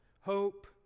hope